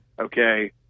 Okay